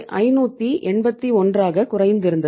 581 ஆக குறைந்திருந்தது